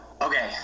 Okay